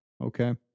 okay